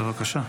בבקשה.